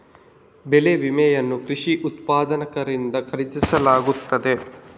ಬೆಳೆ ವಿಮೆಯನ್ನು ಕೃಷಿ ಉತ್ಪಾದಕರಿಂದ ಖರೀದಿಸಲಾಗುತ್ತದೆ